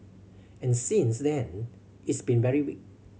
and since then it's been very weak